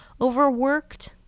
overworked